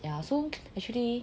yeah so actually